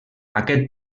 aquest